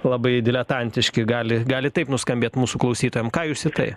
labai diletantiški gali gali taip nuskambėti mūsų klausytojam ką jūs į tai